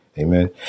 Amen